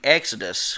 Exodus